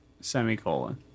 Semicolon